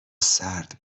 سرد